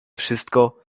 wszystko